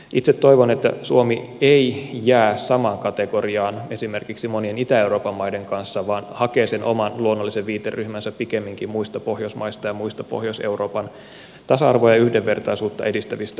itse toivon että suomi ei jää samaan kategoriaan esimerkiksi monien itä euroopan maiden kanssa vaan hakee oman luonnollisen viiteryhmänsä pikemminkin muista pohjoismaista ja muista pohjois euroopan tasa arvoa ja yhdenvertaisuutta edistävistä avoimista yhteiskunnista